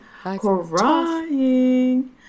crying